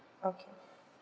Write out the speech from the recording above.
okay